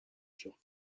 sur